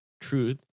truth